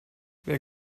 wer